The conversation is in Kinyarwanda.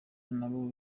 nabo